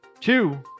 two